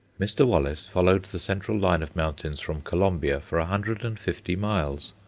mr. wallace followed the central line of mountains from colombia for a hundred and fifty miles,